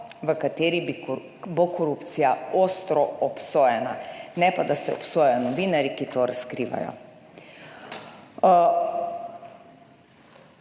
v kateri bo korupcija ostro obsojena, ne pa da se obsojajo novinarji, ki to razkrivajo.